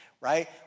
right